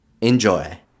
Enjoy